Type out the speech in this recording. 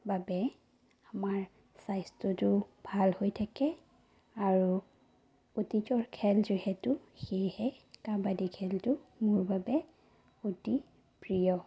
বাবে আমাৰ স্বাস্থ্যটো ভাল হৈ থাকে আৰু অতীজৰ খেল যিহেতু সেয়েহে কাবাডী খেলটো মোৰ বাবে অতি প্ৰিয়